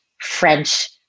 French